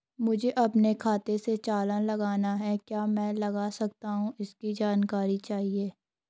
मुझे अपने खाते से चालान लगाना है क्या मैं लगा सकता हूँ इसकी जानकारी चाहिए?